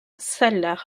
salah